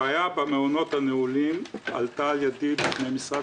הבעיה במעונות הנעולים עלתה לדיון בפני משרד